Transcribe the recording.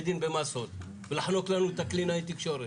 דין במסות לחנוק לנו את הקלינאי תקשורת.